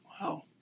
Wow